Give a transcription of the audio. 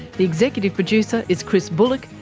the executive producer is chris bullock,